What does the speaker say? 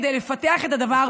כדי לפתח את הדבר,